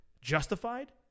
justified